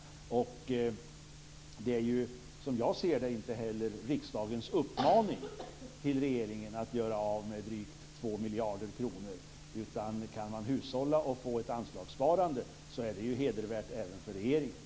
Som jag ser det är det inte heller riksdagens uppmaning till regeringen att göra av med drygt 2 miljarder kronor, utan kan man hushålla och få till stånd ett anslagssparande så är det hedervärt även för regeringen.